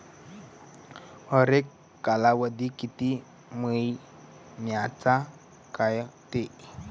हरेक कालावधी किती मइन्याचा रायते?